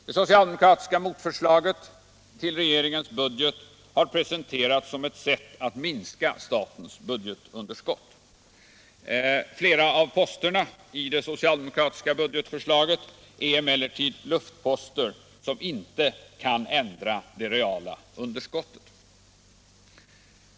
Det socialdemokratiska motförslaget till regeringens budget har presenterats som ett sätt att minska statens budgetunderskott. Flera av posterna i det socialdemokratiska budgetförslaget är emellertid luftposter, som inte ändrar det reala underskottet.